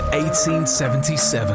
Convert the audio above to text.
1877